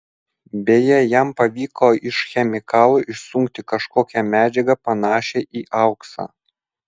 beje jam pavyko iš chemikalų išsunkti kažkokią medžiagą panašią į auksą